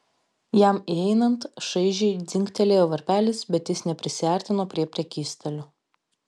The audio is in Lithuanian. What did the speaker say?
jam įeinant šaižiai dzingtelėjo varpelis bet jis neprisiartino prie prekystalio